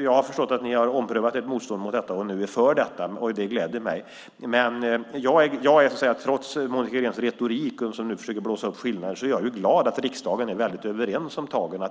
Jag har förstått att ni har omprövat ert motstånd mot detta och nu är för det, och det gläder mig. Trots Monica Greens retorik där hon försöker blåsa upp skillnader är jag glad att riksdagen är överens om tagen.